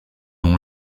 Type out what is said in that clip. ont